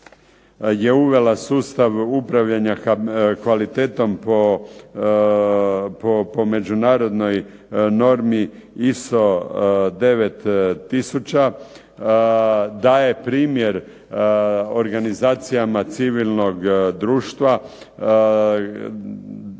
je uvela sustav upravljanja kvalitetom po međunarodnoj normi ISO-9000, daje primjer organizacijama civilnog društva